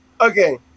Okay